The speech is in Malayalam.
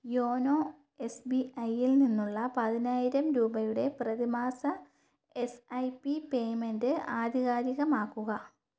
യോനോ എസ് ബി ഐ യിൽ നിന്നുള്ള പതിനായിരം രൂപയുടെ പ്രതിമാസ എസ് ഐ പി പേയ്മെൻറ്റ് ആധികാരികമാക്കുക